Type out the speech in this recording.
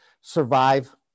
survive